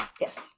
yes